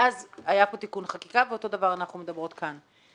אז היה כאן תיקון חקיקה ואותו דבר אנחנו מדברות כאן.